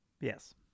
Yes